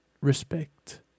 Respect